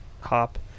hop